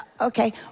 okay